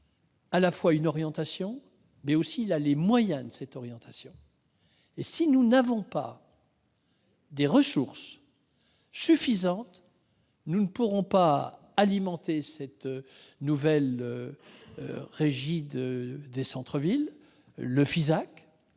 seulement une orientation, mais aussi les moyens de cette orientation. Si nous ne disposons pas de ressources suffisantes, nous ne pourrons pas alimenter une nouvelle régie des centres-villes, le FISAC.